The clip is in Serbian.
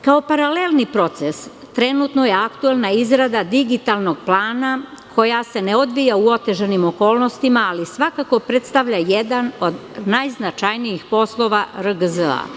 Kao paralelni proces, trenutno je aktuelna izrada digitalnog plana, koja se ne odvija u otežanim okolnostima, ali svakako predstavlja jedan od najznačajnijih poslova RGZ.